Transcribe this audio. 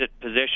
position